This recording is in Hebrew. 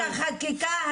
אז להזיז את החקיקה הזו,